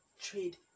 trade